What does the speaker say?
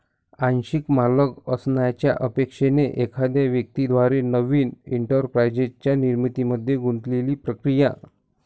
आंशिक मालक असण्याच्या अपेक्षेने एखाद्या व्यक्ती द्वारे नवीन एंटरप्राइझच्या निर्मितीमध्ये गुंतलेली प्रक्रिया